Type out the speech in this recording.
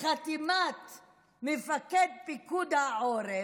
בחתימת מפקד פיקוד העורף,